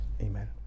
Amen